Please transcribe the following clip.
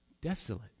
desolate